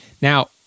Now